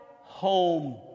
home